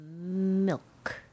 Milk